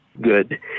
good